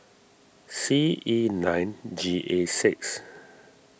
C E nine G A six